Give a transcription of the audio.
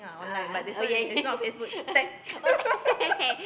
a'ah a'ah a'ah oh yeah yeah yeah oh tag